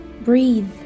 Breathe